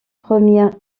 premières